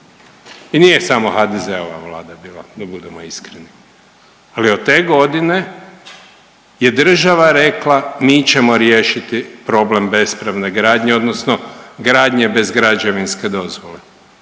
i nije samo HDZ-ova vlada bila da budemo iskreni, ali od te godine je država rekla mi ćemo riješiti problem bespravne gradnje odnosno gradnje bez građevinske dozvole.